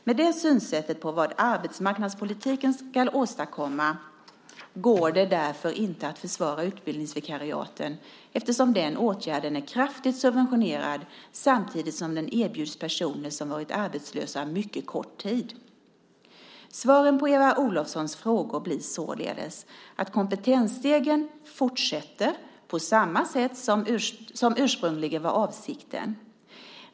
Med det synsättet på vad arbetsmarknadspolitiken ska åstadkomma går det inte att försvara utbildningsvikariaten, eftersom den åtgärden är kraftigt subventionerad samtidigt som den erbjuds personer som varit arbetslösa mycket kort tid. Svaren på Eva Olofssons frågor blir således att Kompetensstegen fortsätter på det sätt som ursprungligen var avsikten.